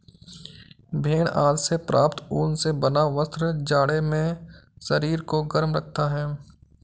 भेड़ आदि से प्राप्त ऊन से बना वस्त्र जाड़े में शरीर को गर्म रखता है